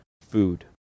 food